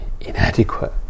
inadequate